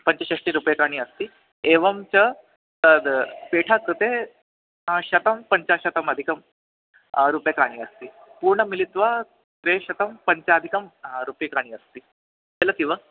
पञ्चषष्टिरूप्यकाणि अस्ति एवं च तद् पेठा कृते शतं पञ्चाशतमधिकं रूप्यकाणि अस्ति पूर्णं मिलित्वा त्रिशतं पञ्चाधिकं रूप्यकाणि अस्ति चलति वा